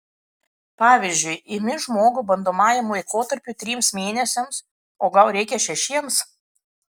pavyzdžiui imi žmogų bandomajam laikotarpiui trims mėnesiams o gal reikia šešiems